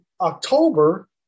October